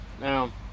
Now